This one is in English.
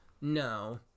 no